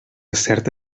certa